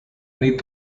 need